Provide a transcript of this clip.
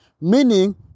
meaning